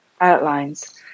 outlines